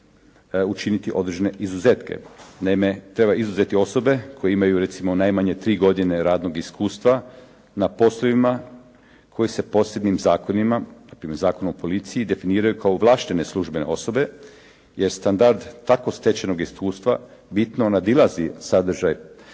učiniti određene izuzetke. Naime treba izuzeti osobe koje imaju recimo najmanje tri godine radnog iskustva na poslovima koji se posebnim zakonima, npr. Zakon o policiji, definiraju kao ovlaštene službene osobe, jer standard tako stečenog iskustva bitno nadilazi sadržaj